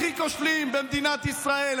הכי כושלים במדינת ישראל.